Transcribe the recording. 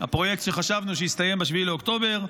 הפרויקט שחשבנו שהסתיים ב-7 לאוקטובר.